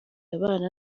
abana